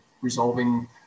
resolving